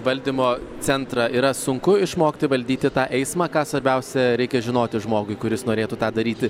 valdymo centrą yra sunku išmokti valdyti tą eismą ką svarbiausia reikia žinoti žmogui kuris norėtų tą daryti